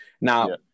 Now